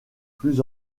plus